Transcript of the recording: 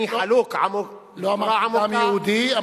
אני חלוק, לא אמרתי "דם יהודי".